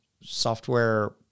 software